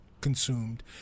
consumed